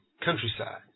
countryside